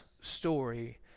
story